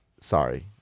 Sorry